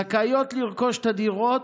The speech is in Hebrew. זכאיות לרכוש את הדירות.